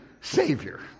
Savior